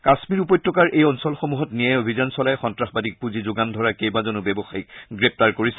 কাশ্মীৰ উপত্যকাৰ এই অঞ্চলসমূহত নিয়াই অভিযান চলাই সন্নাসবাদীক পুঁজি যোগান ধৰা কেইবাজনো ব্যৱসায়ীক গ্ৰেপ্তাৰ কৰিছে